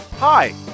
hi